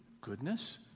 goodness